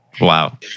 Wow